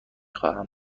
خواهم